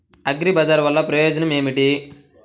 అగ్రిబజార్ వల్లన ప్రయోజనం ఏమిటీ?